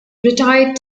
retired